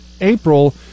April